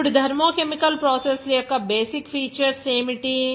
ఇప్పుడు thermo chemical process ల యొక్క బేసిక్ ఫీచర్స్ ఏమిటి